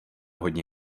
hodně